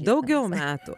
daugiau metų